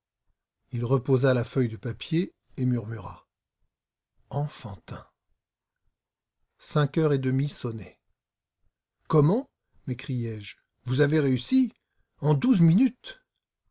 il reposa la feuille de papier et murmura enfantin cinq heures et demie sonnaient comment m'écriai-je vous avez réussi en douze minutes